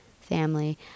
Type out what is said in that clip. family